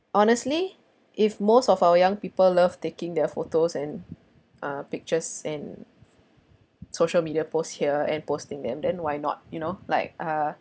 honestly if most of our young people love taking their photos and uh pictures and social media posts here and posting them then why not you know like uh